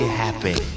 happy